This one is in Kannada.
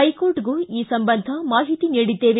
ಹೈಕೋರ್ಟ್ಗೂ ಈ ಸಂಬಂಧ ಮಾಹಿತಿ ನೀಡಿದ್ದೇವೆ